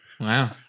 Wow